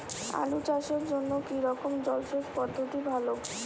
আলু চাষের জন্য কী রকম জলসেচ পদ্ধতি ভালো?